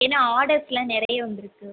ஏன்னா ஆடர்ஸ்லாம் நிறைய வந்திருக்கு